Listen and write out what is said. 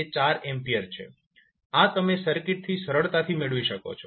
આ તમે સર્કિટથી સરળતાથી મેળવી શકો છો